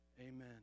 amen